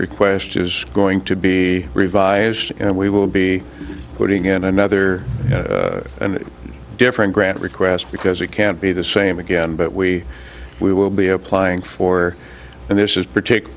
request is going to be revised and we will be putting in another different grant request because it can't be the same again but we we will be applying for and this is particular